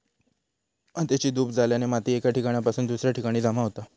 मातेची धूप झाल्याने माती एका ठिकाणासून दुसऱ्या ठिकाणी जमा होता